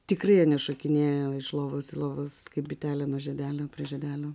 tikrai jie nešokinėja iš lovos į lovas kaip bitelė nuo žiedelio prie žiedelio